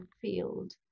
field